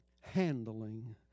handling